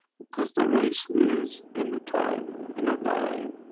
because the race is, in the time in a dive.